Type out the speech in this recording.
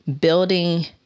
Building